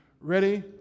Ready